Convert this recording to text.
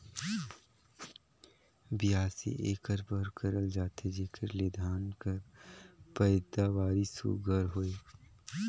बियासी एकर बर करल जाथे जेकर ले धान कर पएदावारी सुग्घर होए